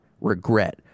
regret